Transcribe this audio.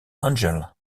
angel